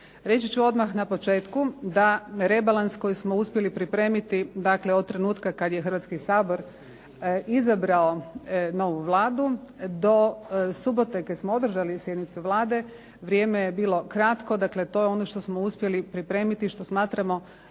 Reći ću odmah na početku da rebalans koji smo uspjeli pripremiti, dakle od trenutka kad je Hrvatski sabor izabrao novu Vladu do subote kad smo održali sjednicu Vlade vrijeme je bilo kratko. Dakle, to je ono što smo uspjeli pripremiti i što smatramo